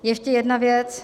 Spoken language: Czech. Ještě jedna věc.